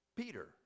Peter